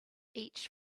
each